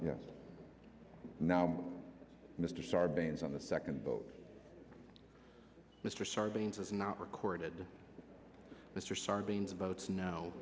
yes now mr sarbanes on the second vote mr sarbanes is not recorded mr sarbanes votes now